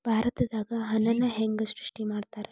ಭಾರತದಾಗ ಹಣನ ಹೆಂಗ ಸೃಷ್ಟಿ ಮಾಡ್ತಾರಾ